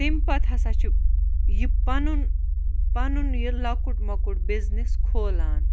تمہِ پَتہٕ ہَسا چھُ یہِ پَنُن پَنُن یہِ لَکُٹ موٚکُٹ بِزنٮ۪س کھولان